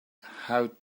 how